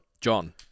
John